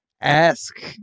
ask